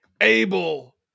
abel